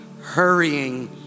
hurrying